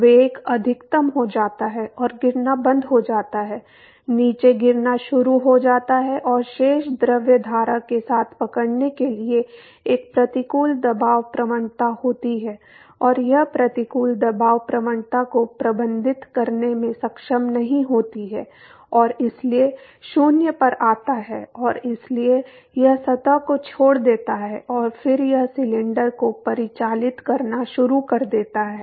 तो वेग अधिकतम हो जाता है और गिरना बंद हो जाता है नीचे गिरना शुरू हो जाता है और शेष द्रव धारा के साथ पकड़ने के लिए एक प्रतिकूल दबाव प्रवणता होती है और यह प्रतिकूल दबाव प्रवणता को प्रबंधित करने में सक्षम नहीं होती है और इसलिए वेग 0 पर आता है और इसलिए यह सतह को छोड़ देता है और फिर यह सिलेंडर को परिचालित करना शुरू कर देता है